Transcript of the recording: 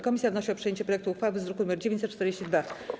Komisja wnosi o przyjęcie projektu uchwały z druku nr 942.